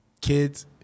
kids